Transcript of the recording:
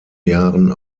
jahren